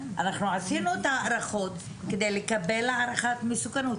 אנחנו עשינו את ההארכות כדי לקבל הערכת מסוכנות.